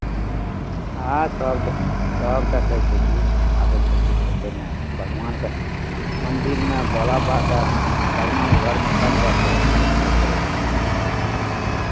हँ सभ दे सभ देखै छै की अबै छै कि अयतै नहि भगवानके मन्दिरमे भोला बाबाके म भगवानके घरमे सभके छै घुमय फिरयके अथि कि